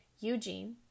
Eugene